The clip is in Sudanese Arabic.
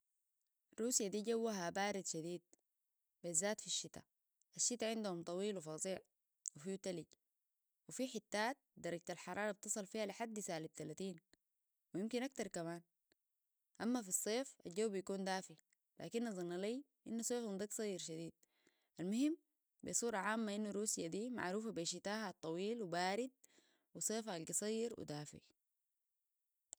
روسيا دي جوها بارد شديد بالذات في الشتاء الشتاء عندهم طويل وفاضع وفيه تلج وفيه حتات درجة الحرارة بتصل فيها لحد سالب تلتين ويمكن اكتر كمان اما في الصيف الجو بيكون دافي